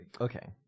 Okay